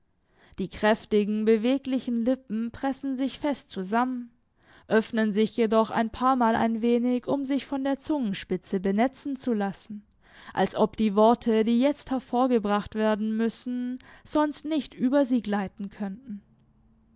die kräftigen beweglichen lippen pressen sich fest zusammen öffnen sich jedoch ein paar mal ein wenig um sich von der zungenspitze benetzen zu lassen als ob die worte die jetzt hervorgebracht werden müssen sonst nicht über sie gleiten könnten